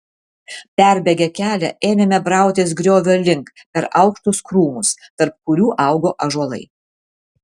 perbėgę kelią ėmėme brautis griovio link per aukštus krūmus tarp kurių augo ąžuolai